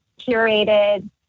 curated